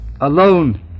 alone